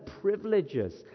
privileges